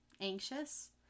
Anxious